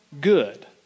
good